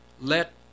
let